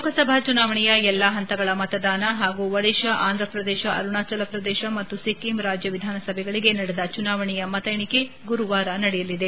ಲೋಕಸಭಾ ಚುನಾವಣೆಯ ಎಲ್ಲಾ ಹಂತಗಳ ಮತದಾನ ಹಾಗೂ ಒಡಿಶಾ ಆಂಥ ಪ್ರದೇಶ ಅರುಣಾಚಲ ಪ್ರದೇಶ ಮತ್ತು ಸಿಕ್ಕಿಂ ರಾಜ್ಯ ವಿಧಾನಸಭೆಗಳಿಗೆ ನಡೆದ ಚುನಾವಣೆಯ ಮತ ಎಣಿಕೆ ಗುರುವಾರ ನಡೆಯಲಿದೆ